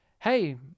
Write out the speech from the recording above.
hey